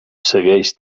segueix